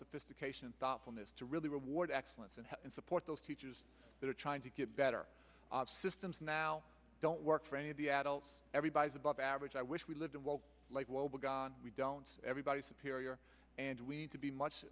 sophistication and thoughtfulness to really reward excellence and help and support those teachers that are trying to get better systems now don't work for any of the adults everybody is above average i wish we lived in well lake wobegon we don't everybody's superior and we need to be much